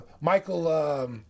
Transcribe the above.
Michael –